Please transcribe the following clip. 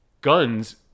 guns